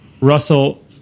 Russell